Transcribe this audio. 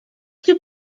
two